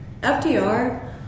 FDR